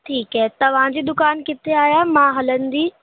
ठीकु है तव्हांजी दुकानु किथे आहियां मां हलंदी